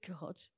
God